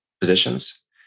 positions